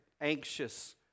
anxious